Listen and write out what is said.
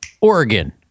Oregon